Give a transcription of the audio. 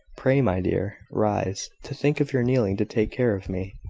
pray, my dear, rise. to think of your kneeling to take care of me!